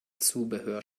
zubehör